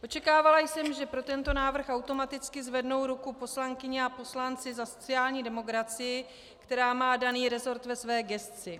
Očekávala jsem, že pro tento návrh automaticky zvednou ruku poslankyně a poslanci za sociální demokracii, která má daný resort ve své gesci.